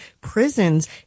prisons